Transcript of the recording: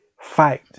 fight